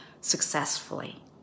successfully